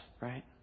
Right